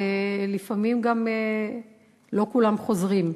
ולפעמים גם לא חוזרים.